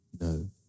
No